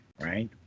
right